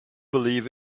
believe